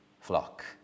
flock